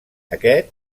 aquest